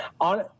On